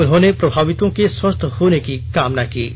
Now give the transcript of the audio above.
उन्होंने प्रभावितों के स्वस्थ होने की कामना की है